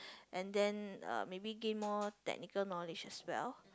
and then uh maybe gain more technical knowledge as well